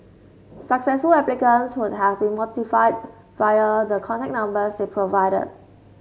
successful applicants would have been notified via the contact numbers they provided